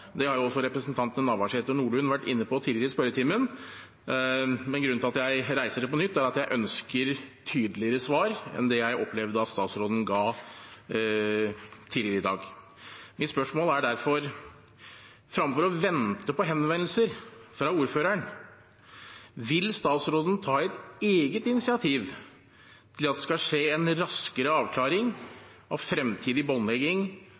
Det har jo også representantene Navarsete og Nordlund vært inne på tidligere i spørretimen, men grunnen til at jeg reiser dette på nytt, er at jeg ønsker tydeligere svar enn det jeg opplevde at statsråden ga tidligere i dag. Mitt spørsmål er derfor: Fremfor å vente på henvendelser fra ordføreren, vil statsråden ta et eget initiativ til at det skal skje en raskere avklaring av fremtidig båndlegging